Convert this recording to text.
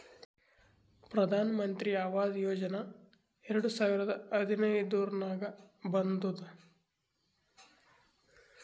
ಪ್ರಧಾನ್ ಮಂತ್ರಿ ಆವಾಸ್ ಯೋಜನಾ ಎರಡು ಸಾವಿರದ ಹದಿನೈದುರ್ನಾಗ್ ಬಂದುದ್